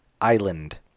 Island